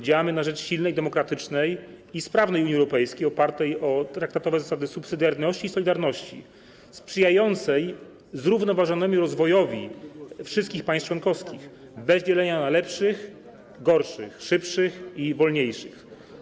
Działamy na rzecz silnej, demokratycznej i sprawnej Unii Europejskiej, funkcjonującej na podstawie traktatowych zasad subsydiarności i solidarności, sprzyjającej zrównoważonemu rozwojowi wszystkich państw członkowskich, bez dzielenia na lepszych, gorszych, szybszych i wolniejszych.